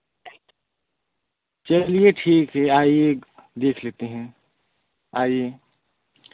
चलिए ठीक है आईए देख लेते हैं आईए